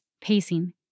Pacing